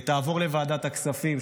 תעבור לוועדת הכספים,